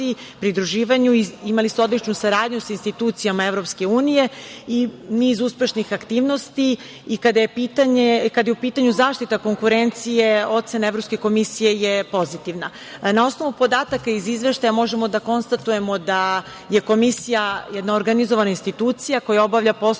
pridruživanju. Imali ste odličnu saradnju sa institucijama EU i niz uspešnih aktivnosti. Kada je u pitanju zaštita konkurencije, ocena Evropske komisije je pozitivna. Na osnovu podataka iz izveštaja, možemo da konstatujemo da je Komisija jedna organizovana institucija koja obavlja poslove